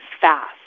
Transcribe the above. fast